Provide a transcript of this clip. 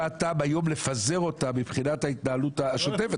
מה הטעם לפזר אותה היום מבחינת ההתנהלות השוטפת?